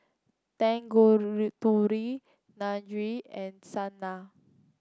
and Saina